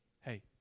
hey